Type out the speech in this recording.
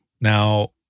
Now